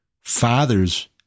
Fathers